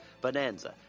Bonanza